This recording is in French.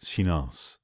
silence